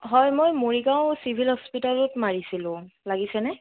হয় মই মৰিগাঁও চিভিল হস্পিতালত মাৰিছিলোঁ লাগিছেনে